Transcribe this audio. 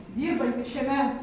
dirbantys šiame